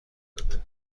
کنید